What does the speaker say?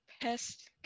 pest